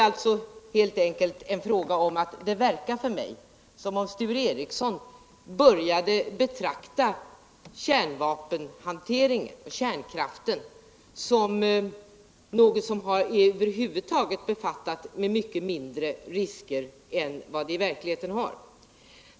Det verkar på mig som om Sture Ericson började betrakta kärnvapenhanteringen och kärnkraften som någonting som över huvud taget är förenat med betydligt mindre risker än vad som i verkligheten är fallet.